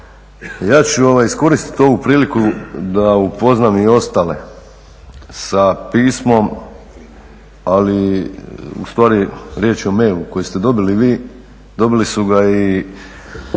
ja ću iskoristiti ovu priliku da upoznam i ostale sa pismom, ali ustvari riječ je o mailu koji ste dobili vi, dobili su ga i